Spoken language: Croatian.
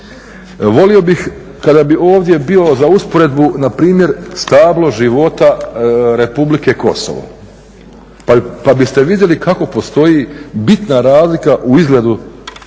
Volio bih kada bi ovdje bilo za usporedbu npr. stablo života Republike Kosovo. Pa biste vidjeli kako postoji bitna razlika u izgledu toga